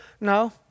No